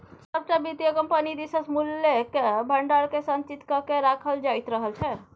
सभटा वित्तीय कम्पनी दिससँ मूल्यक भंडारकेँ संचित क कए राखल जाइत रहल छै